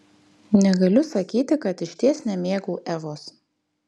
negaliu sakyti kad išties nemėgau evos